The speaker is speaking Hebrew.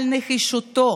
על נחישותו